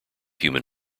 human